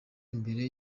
imbere